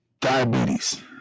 diabetes